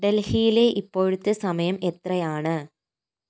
ഡൽഹിയിലെ ഇപ്പോഴത്തെ സമയം എത്രയാണ്